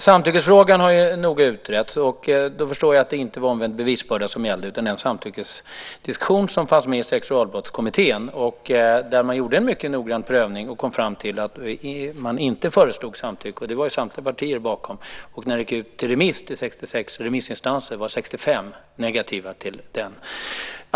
Samtyckesfrågan har ju noga utretts, och jag förstår att det inte var omvänd bevisbörda som gällde utan den samtyckesdiskussion som fanns med i Sexualbrottskommittén, där man gjorde en mycket noggrann prövning och kom fram till att inte föreslå samtycke. Detta ställde sig samtliga partier bakom, och när ärendet gick ut till 66 remissinstanser var 65 negativa till det.